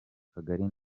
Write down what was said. kagali